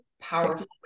powerful